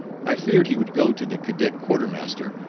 i feared he would go to the cadet quartermaster,